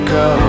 go